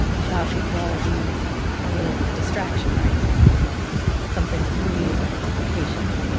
i thought we could all use a little distraction right now something free of complication,